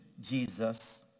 Jesus